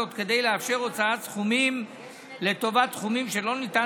זאת כדי לאפשר הוצאת סכומים לטובת תחומים שלא ניתן